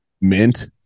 Mint